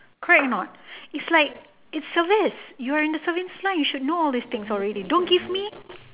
correct or not it's like it's service you are in the service line you should know all these things already don't give me